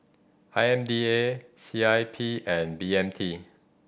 I M D A C I P and B M T